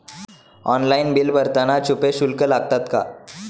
Online bill भरताना छुपे शुल्क लागतात का?